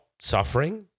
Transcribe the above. suffering